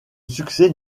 succès